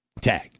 tag